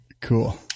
Cool